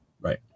Right